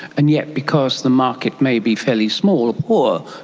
and yet because the market may be fairly small or poor,